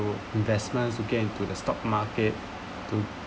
to investment to get into the stock market to